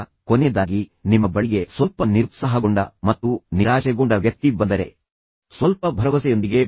ಮತ್ತು ಕೊನೆಯದಾಗಿ ಆದರೆ ಕನಿಷ್ಠವಲ್ಲ ನಿಮ್ಮ ಬಳಿಗೆ ಸ್ವಲ್ಪ ನಿರುತ್ಸಾಹಗೊಂಡ ಮತ್ತು ನಿರಾಶೆಗೊಂಡ ವ್ಯಕ್ತಿ ಬಂದರೆ ಸ್ವಲ್ಪ ಭರವಸೆಯೊಂದಿಗೆ ಬಿಡಿ